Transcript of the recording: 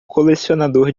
colecionador